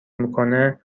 میکنه